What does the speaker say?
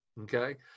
Okay